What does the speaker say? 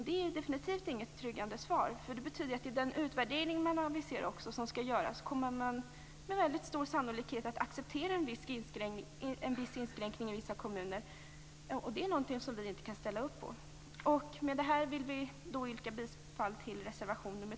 Det är definitivt inget betryggande svar, eftersom det betyder att man i den utvärdering som aviseras med väldigt stor sannolikhet kommer att acceptera en viss inskränkning i vissa kommuner. Det är något vi inte kan ställa upp på. Med det här vill jag yrka bifall till reservation nr